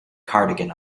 cardigan